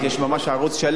ערוץ-33,